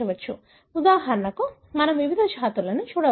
ఉదాహరణకు మనం వివిధ జాతులను చూడవచ్చు